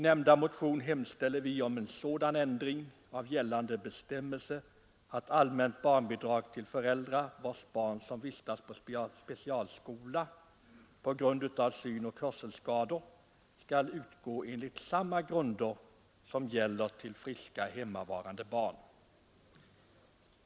I nämnda motion hemställer vi om en sådan ändring av gällande bestämmelser att allmänt barnbidrag till föräldrar vilkas barn vistas på specialskola på grund av synoch hörselskador skall utgå enligt samma grunder som gäller för friska hemmavarande barn.